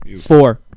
Four